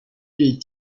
les